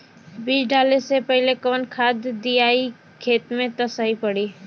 बीज डाले से पहिले कवन खाद्य दियायी खेत में त सही पड़ी?